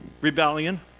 rebellion